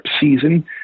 season